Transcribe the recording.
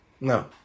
no